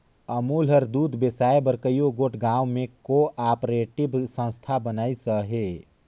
अमूल हर दूद बेसाए बर कइयो गोट गाँव में को आपरेटिव संस्था बनाइस अहे